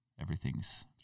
everything's